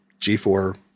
G4